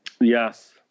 Yes